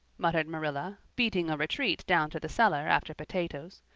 muttered marilla, beating a retreat down to the cellar after potatoes.